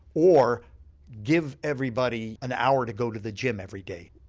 or give everybody an hour to go to the gym every day.